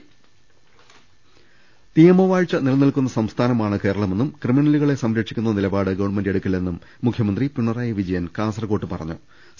ദർശ്ശക്കു നിയമവാഴ്ച നിലനിൽക്കുന്ന സംസ്ഥാനമാണ് കേരളമെന്നും ക്രിമിന ലുകളെ സംരക്ഷിക്കുന്ന നിലപാട് ഗവൺമെന്റ് എടുക്കില്ലെന്നും മുഖ്യമന്ത്രി പിണറായി വിജയൻ കാസർകോട് പറഞ്ഞു്